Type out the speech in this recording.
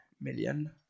million